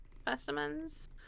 specimens